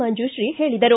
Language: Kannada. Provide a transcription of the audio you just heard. ಮಂಜುಶ್ರೀ ಹೇಳಿದರು